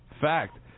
Fact